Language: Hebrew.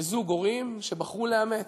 בזוג הורים שבחרו לאמץ.